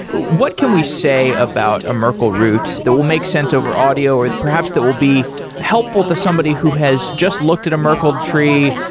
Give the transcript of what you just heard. what can we say about a merkel root that will make sense over audio or perhaps that will be helpful to somebody who has just looked at a merkel tree.